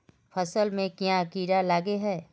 फसल में क्याँ कीड़ा लागे है?